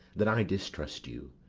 that i distrust you.